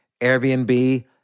Airbnb